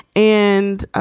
and